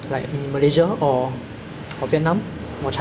uh you get to work with I mean you work with like nature